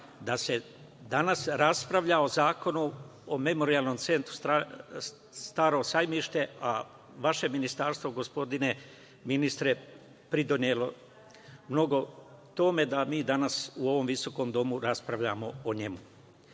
da se danas raspravlja o zakonu o Memorijalnom centru „Staro Sajmište“, a vaše Ministarstvo gospodine ministre pridonelo mnogo tome, da mi danas u ovom visokom Domu, raspravljamo o njemu. Kako